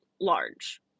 large